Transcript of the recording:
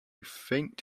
faint